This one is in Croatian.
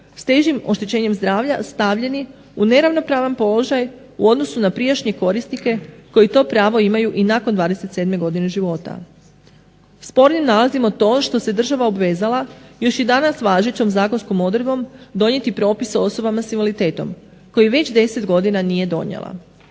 s težim oštećenjem zdravlja stavljeni u neravnopravan položaj u odnosu na prijašnje korisnike koji to pravo imaju i nakon 27 godine života. Spornim nalazimo to što se država obvezala još i danas važećom zakonskom odredbom donijeti propise o osobama sa invaliditetom koji već 10 godina nije donijela.